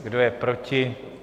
Kdo je proti?